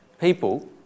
People